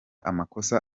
amakosa